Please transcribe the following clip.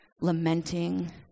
lamenting